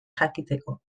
jakiteko